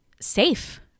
safe